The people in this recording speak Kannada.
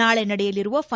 ನಾಳೆ ನಡೆಯಲಿರುವ ಫಿ